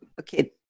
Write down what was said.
Okay